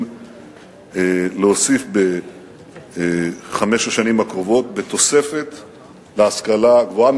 להוסיף בחמש השנים הקרובות להשכלה הגבוהה,